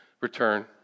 return